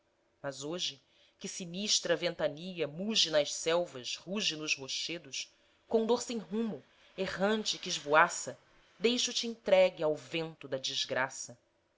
mas hoje que sinistra ventania muge nas selvas ruge nos rochedos condor sem rumo errante que esvoaça deixo-te entregue ao vento da desgraça